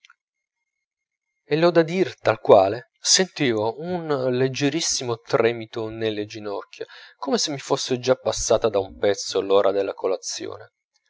l'ho da dire tal quale sentivo un leggierissimo tremito nelle ginocchia come se mi fosse già passata da un pezzo l'ora della colezione